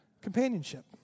companionship